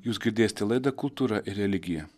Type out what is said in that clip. jūs girdėsite laidą kultūra ir religija